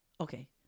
okay